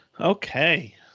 Okay